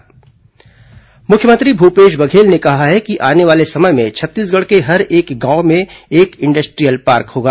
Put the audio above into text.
मुख्यमंत्री e conclave मुख्यमंत्री भूपेश बघेल ने कहा है कि आने वाले समय में छत्तीसगढ़ के हर गांव में एक इंडस्ट्रीयल पार्क होगा